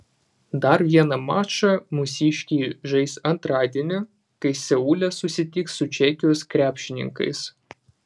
dar vieną mačą mūsiškiai žais antradienį kai seule susitiks su čekijos krepšininkais